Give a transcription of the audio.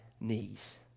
knees